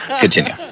continue